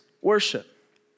worship